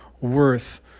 worth